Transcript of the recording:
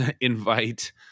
invite –